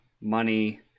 money